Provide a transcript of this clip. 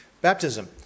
Baptism